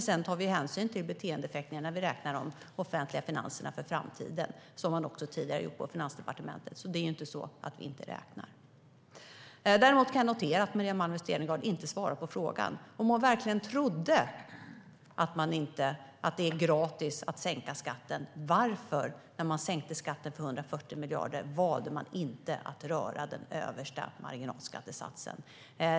Sedan tar vi hänsyn till beteendeeffekter när vi beräknar de offentliga finanserna för framtiden som man också tidigare har gjort på Finansdepartementet. Det är alltså inte så att vi inte räknar. Jag kan notera att Maria Malmer Stenergard inte svarar på frågan. Om man verkligen trodde att det är gratis att sänka skatten, varför valde man att inte röra den översta marginalskattesatsen när man sänkte skatten med 140 miljarder?